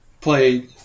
play